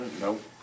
Nope